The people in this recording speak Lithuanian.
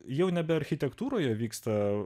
jau nebe architektūroje vyksta